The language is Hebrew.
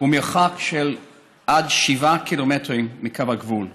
הוא מרחק של עד שבעה קילומטר מקו הגבול.